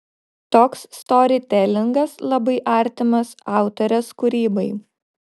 toks storytelingas labai artimas autorės kūrybai